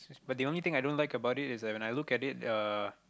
but the only thing i don't like about it is when I look at it uh